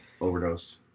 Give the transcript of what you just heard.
overdosed